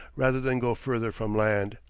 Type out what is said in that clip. rather than go further from land.